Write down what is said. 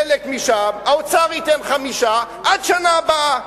חלק משם, האוצר ייתן 5, עד השנה הבאה.